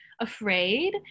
afraid